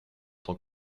tant